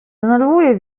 denerwuje